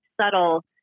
subtle